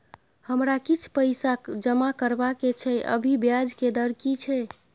हमरा किछ पैसा जमा करबा के छै, अभी ब्याज के दर की छै?